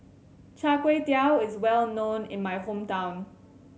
Char Kway Teow is well known in my hometown